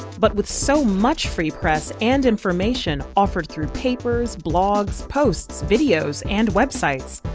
but with so much free press and information offered through papers, blogs, posts, videos, and websites,